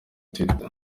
twitter